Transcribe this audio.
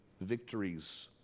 victories